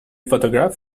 photograph